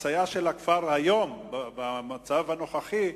חצייה של הכפר היום, במצב הנוכחי,